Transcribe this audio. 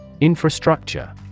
Infrastructure